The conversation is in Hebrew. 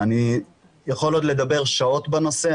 אני יכול עוד לדבר שעות בנושא.